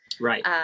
right